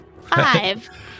five